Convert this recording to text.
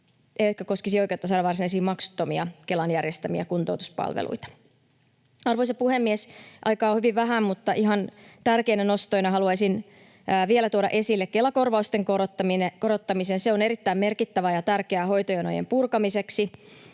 eivätkä koskisi oikeutta saada varsinaisia maksuttomia Kelan järjestämiä kuntoutuspalveluita. Arvoisa puhemies! Aikaa on hyvin vähän, mutta ihan tärkeinä nostoina haluaisin vielä tuoda esille Kela-korvausten korottamisen. Se on erittäin merkittävä ja tärkeä hoitojonojen purkamiseksi.